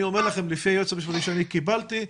לפי הייעוץ המשפטי שקיבלתי,